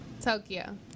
Tokyo